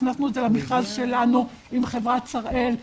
הכנסנו את זה למכרז שלנו עם חברת שראל,